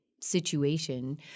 situation